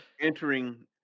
entering